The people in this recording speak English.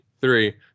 three